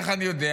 איך אני יודע?